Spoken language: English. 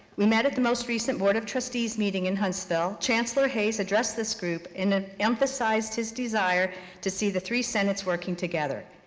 we met at the most recent board of trustees meeting in huntsville. chancellor hayes addressed this group in ah emphasized his desire to see the three senates working together.